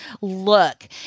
look